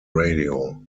radio